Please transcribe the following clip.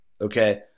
Okay